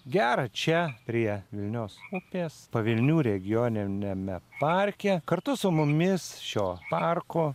gera čia prie vilnios upės pavilnių regioniniame parke kartu su mumis šio parko